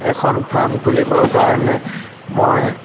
এখন ফাৰ্ম খুলিবৰ কাৰণে মই